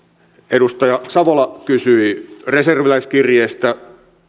edustaja savola kysyi reserviläiskirjeestä